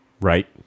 Right